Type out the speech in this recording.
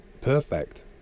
perfect